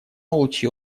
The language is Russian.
лучи